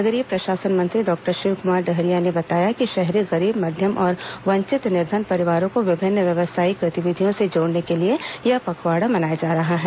नगरीय प्रशासन मंत्री डॉक्टर शिवक्मार डहरिया ने बताया कि शहरी गरीब मध्यम और वंचित निर्धन परिवारों को विभिन्न व्यावसायिक गतिविधियों से जोड़ने के लिए यह पखवाड़ा मनाया जा रहा है